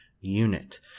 unit